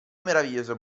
meraviglioso